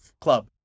club